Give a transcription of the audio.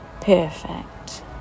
perfect